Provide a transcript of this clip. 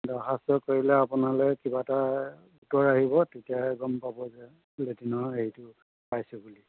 দৰ্খাস্ত কৰিলে আপোনালে কিবা এটা উত্তৰ আহিব তেতিয়া গম পাব যে লেটিনৰ হেৰিটো পাইছে বুলি